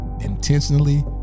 intentionally